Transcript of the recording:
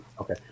Okay